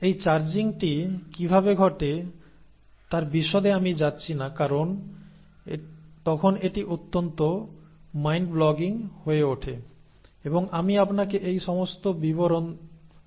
এই চার্জিংটি কিভাবে ঘটে তার বিশদে আমি যাচ্ছি না কারণ তখন এটি অত্যন্ত মাইন্ড ব্লগিং হয়ে ওঠে এবং আমি আপনাকে এই সমস্ত বিবরণ দিয়ে বিরক্ত করতে চাই না